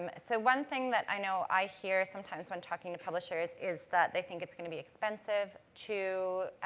um so, one thing that i know i hear sometimes when talking to publishers is that they think it's going to be expensive to